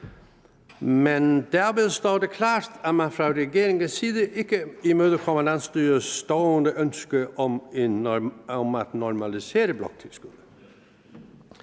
Men derved står det klart, at man fra regeringens side ikke imødekommer landsstyrets stående ønske om at normalisere bloktilskuddet.